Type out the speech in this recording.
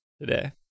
today